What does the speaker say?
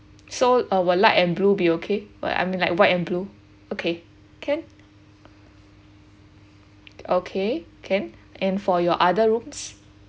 so uh would light and blue be okay what I mean like white and blue okay can okay can and for your other rooms